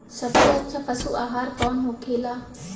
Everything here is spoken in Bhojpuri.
सबसे अच्छा पशु आहार कौन होखेला?